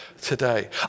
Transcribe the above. today